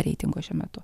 reitingo šiuo metu